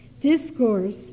Discourse